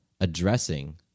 addressing